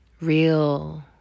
Real